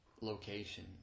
location